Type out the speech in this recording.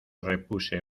repuse